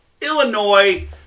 Illinois